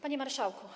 Panie Marszałku!